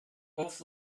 both